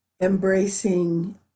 embracing